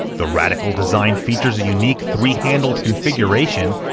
the radical design features a unique three handled configuration,